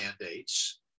mandates